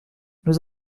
nous